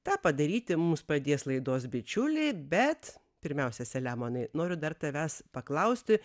tą padaryti mums padės laidos bičiuliai bet pirmiausia selemonai noriu dar tavęs paklausti